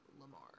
Lamar